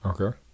okay